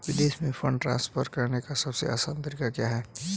विदेश में fund transfer करने का सबसे आसान तरीका क्या है?